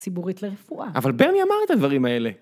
ציבורית לרפואה. אבל ברני אמר את הדברים האלה.